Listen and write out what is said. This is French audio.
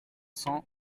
cents